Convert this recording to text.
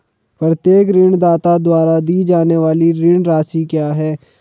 प्रत्येक ऋणदाता द्वारा दी जाने वाली ऋण राशि क्या है?